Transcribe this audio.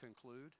conclude